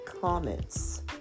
comments